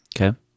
Okay